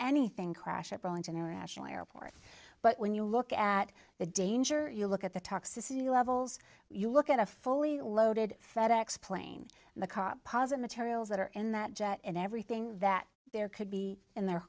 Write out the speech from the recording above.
anything crash at bronze international airport but when you look at the danger you look at the toxicity levels you look at a fully loaded fed ex plane and the car pozen materials that are in that jet in everything that there could be in there